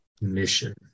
Mission